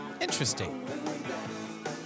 Interesting